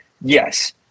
yes